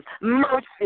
Mercy